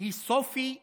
היא סופי שול,